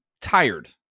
tired